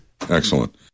excellent